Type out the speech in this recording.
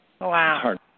Wow